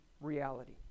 reality